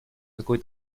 какой